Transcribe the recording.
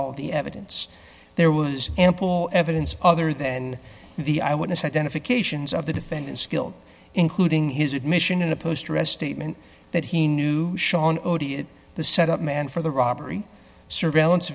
all the evidence there was ample evidence other than the eyewitness identifications of the defendant skilled including his admission in a post arrest statement that he knew sean the set up man for the robbery surveillance